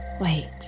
wait